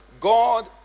god